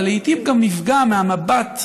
אבל לעיתים גם נפגע מהמבט,